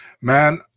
Man